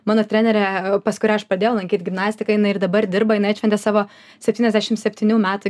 mano trenerė pas kurią aš pradėjau lankyt gimnastiką jinai ir dabar dirba jinai atšventė savo septyniasdešim septynių metų